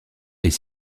est